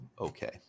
okay